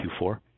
Q4